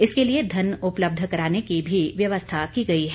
इसके लिए धन उपलब्ध कराने की भी व्यवस्था की गई है